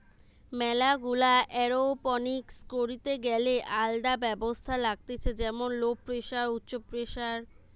ম্যালা গুলা এরওপনিক্স করিতে গ্যালে আলদা ব্যবস্থা লাগতিছে যেমন লো প্রেসার, উচ্চ প্রেসার